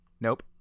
nope